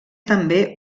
també